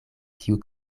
kiu